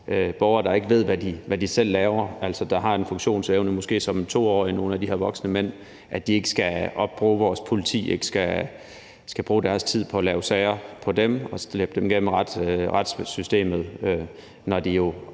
borgere, der ikke ved, hvad de selv laver, altså nogle af de her voksne mænd, der måske har en funktionsevne som en 2-årig, så vores politi ikke skal bruge deres tid på at lave sager på dem og slæbe dem gennem retssystemet, når de jo